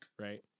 right